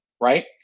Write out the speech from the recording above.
right